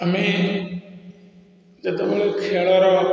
ଆମେ ଯେତେବେଳେ ଖେଳର